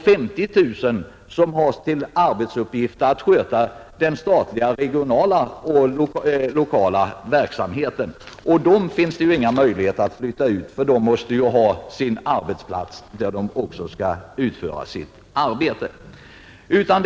50 000 har till arbetsuppgift att sköta den statliga regionala och lokala verksamheten, och dem finns det ju inga möjligheter att flytta ut, ty de måste ju ha sin arbetsplats i det område som deras arbetsuppgifter har att göra med.